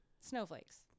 snowflakes